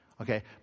Okay